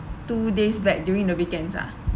two days back during the weekends ah